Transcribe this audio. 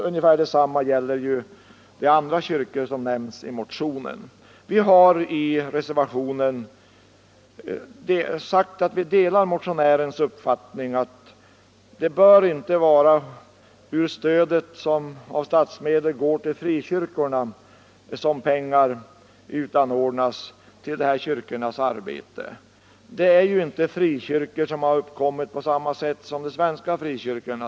Ungefär detsamma gäller de andra kyrkor som nämns i motionen. Vi har i reservationen sagt att vi delar motionärens uppfattning att pengar till dessa kyrkors arbete inte bör utanordnas ur det stöd av statsmedel som går till frikyrkorna. Det gäller ju inte kyrkor som har kommit till på samma sätt som de svenska frikyrkorna.